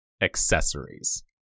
accessories